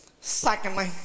Secondly